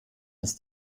ist